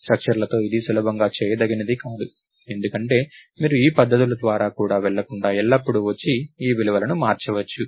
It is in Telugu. స్ట్రక్చర్ లతో ఇది సులభంగా చేయదగినది కాదు ఎందుకంటే మీరు ఈ పద్ధతుల ద్వారా వెళ్లకుండా ఎల్లప్పుడూ వచ్చి ఈ విలువలను మార్చవచ్చు